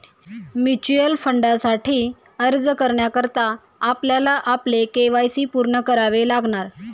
mutual फंडासाठी अर्ज करण्याकरता आपल्याला आपले के.वाय.सी पूर्ण करावे लागणार